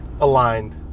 aligned